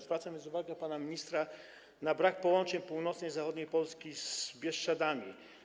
Zwracam więc uwagę pana ministra na brak połączeń północnej i zachodniej Polski z Bieszczadami.